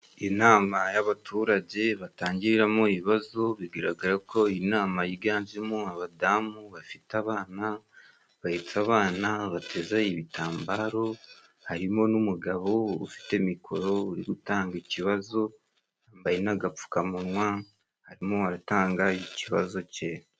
Inama y'abaturage batangiramo ibibazo, bigaragara ko iyi nama yiganjemo abadamu bafite abana, bahetse abana, bateza ibitambaro, harimo n'umugabo ufite mikoro uri gutanga ikibazo, yambaye n'agapfukamunwa arimo aratanga ikibazo cye.